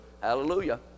hallelujah